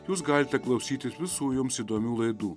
jūs galite klausytis visų jums įdomių laidų